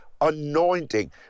anointing